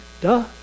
duh